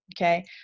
okay